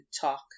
talk